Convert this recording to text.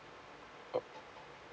oh